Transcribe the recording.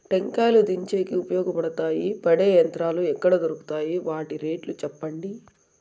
టెంకాయలు దించేకి ఉపయోగపడతాయి పడే యంత్రాలు ఎక్కడ దొరుకుతాయి? వాటి రేట్లు చెప్పండి?